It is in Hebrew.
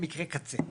מקרה קצה.